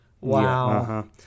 Wow